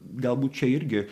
galbūt čia irgi